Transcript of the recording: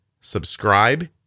Subscribe